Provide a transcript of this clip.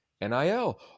NIL